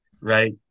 right